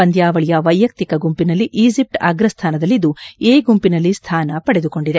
ಪಂದ್ಯಾವಳಿಯ ವೈಯಕ್ತಿಕ ಗುಂಪಿನಲ್ಲಿ ಈಜಿಪ್ಟ್ ಆಗ್ರ ಸ್ಟಾನದಲ್ಲಿದ್ದು ಎ ಗುಂಪಿನಲ್ಲಿ ಸ್ಟಾನ ಪಡೆದುಕೊಂಡಿದೆ